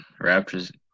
Raptors